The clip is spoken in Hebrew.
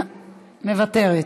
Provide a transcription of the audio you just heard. מוותרת,